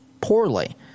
poorly